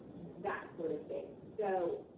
that sort of thing. so,